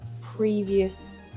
previous